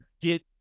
Get